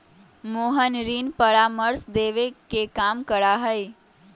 मोहन ऋण परामर्श देवे के काम करा हई